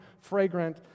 fragrant